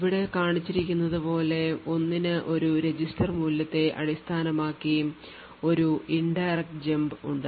ഇവിടെ കാണിച്ചിരിക്കുന്നതുപോലെ 1 ന് ഒരു രജിസ്റ്റർ മൂല്യത്തെ അടിസ്ഥാനമാക്കി ഒരു indirect jump ഉണ്ട്